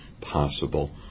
possible